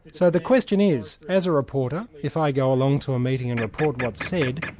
so the question is, as a reporter, if i go along to a meeting and report what's said,